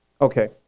Okay